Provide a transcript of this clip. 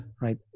right